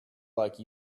like